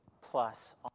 plus